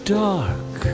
dark